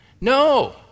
No